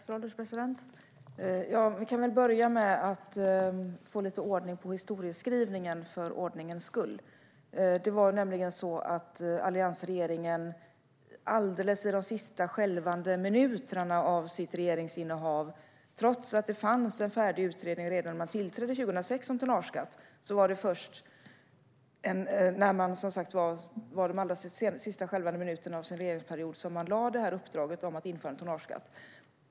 Fru ålderspresident! Vi kan väl börja med att få lite ordning på historieskrivningen. Det fanns en färdig utredning om tonnageskatt redan när alliansregeringen tillträdde 2006. Trots detta var det först i de sista skälvande minuterna av sin regeringsperiod som alliansregeringen gav utredningsuppdraget om införande av tonnageskatt.